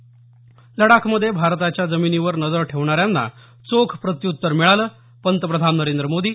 त लडाखमध्ये भारताच्या जमिनीवर नजर ठेवणाऱ्यांना चोख प्रत्युत्तर मिळालं पंतप्रधान नरेंद्र मोदी